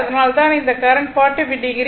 அதனால்தான் இந்த current 45o